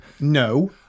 no